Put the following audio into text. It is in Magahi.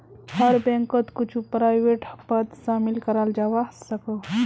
हर बैंकोत कुछु प्राइवेट पद शामिल कराल जवा सकोह